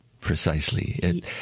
Precisely